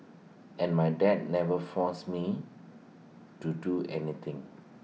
and my dad never forced me to do anything